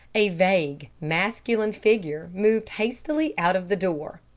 a vague masculine figure moved hastily out of the door.